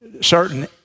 certain